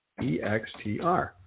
EXTR